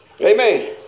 Amen